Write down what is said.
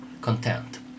content